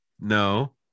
No